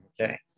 Okay